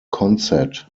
consett